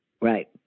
Right